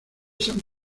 san